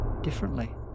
differently